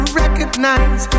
recognize